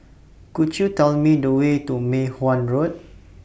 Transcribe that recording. Could YOU Tell Me The Way to Mei Hwan Road